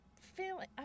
feeling